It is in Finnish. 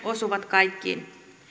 osuvat kaikkiin